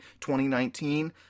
2019